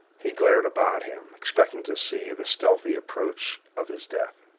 he glared about him, expecting to see the stealthy approach of his death.